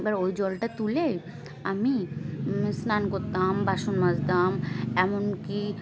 এবার ওই জলটা তুলে আমি স্নান করতাম বাসন মাজতাম এমনকি